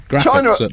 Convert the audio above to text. China